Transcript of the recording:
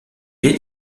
est